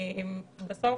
בסוף,